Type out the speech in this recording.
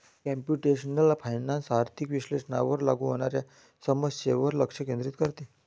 computational finance आर्थिक विश्लेषणावर लागू होणाऱ्या समस्यांवर लक्ष केंद्रित करते